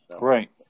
Right